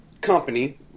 company